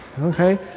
okay